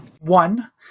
one